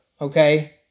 okay